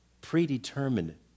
predetermined